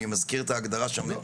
אני מזכיר את ההגדרה של הממ"מ.